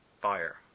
Fire